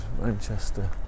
Manchester